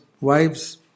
wives